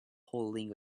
holding